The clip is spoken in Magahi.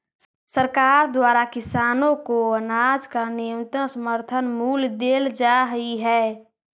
सरकार द्वारा किसानों को अनाज का न्यूनतम समर्थन मूल्य देल जा हई है